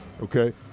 Okay